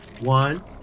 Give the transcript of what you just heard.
One